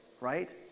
right